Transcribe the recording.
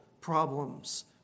problems